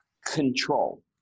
control